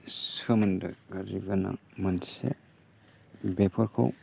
सोमोन्दो गाज्रिबोना मोनसे बेफोरखौ